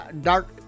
Dark